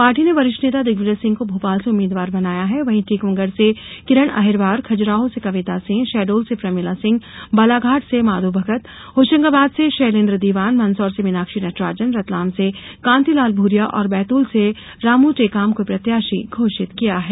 party ने वरिष्ठ नेता दिग्विजय सिंह को भोपाल से उम्मीदवार बनाया है वहीं टीकमगढ़ से किरण अहिरवार खजुराहो से कविता सिंह शहडोल से प्रमिला सिंह बालाघाट से माधोभगत होशंगाबाद से शैलेंद्र दीवान मंदसौर से मीनाक्षी नटराजन रतलाम से कांतिलाल भूरिया और बैतूल से रामू टेकाम को प्रत्याशी घोषित किया है